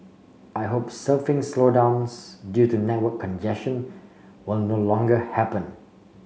I hope surfing slowdowns due to network congestion will no longer happen